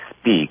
speak